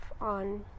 on